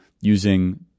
using